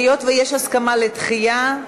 היות שיש הסכמה לדחייה,